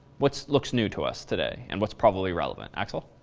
what's looks new to us today? and what's probably relevant? axel?